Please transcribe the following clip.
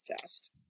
fast